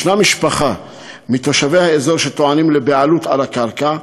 יש משפחה מתושבי האזור שטוענת לבעלות על הקרקע.